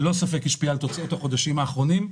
ללא ספק השפיע על תוצאות החודשים האחרונים.